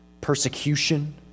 persecution